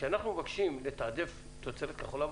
כשאנחנו מבקשים לתעדף תוצרת כחול לבן,